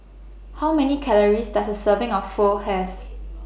How Many Calories Does A Serving of Pho Have